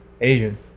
Asian